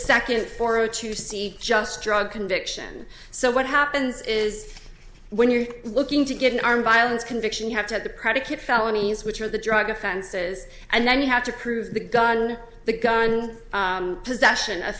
second foro to see just drug conviction so what happens is when you're looking to get an armed violence conviction you have to have the predicate felonies which are the drug offenses and then you have to prove the gun the gun possession of